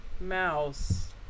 Mouse